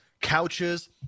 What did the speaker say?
couches